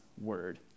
word